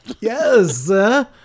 Yes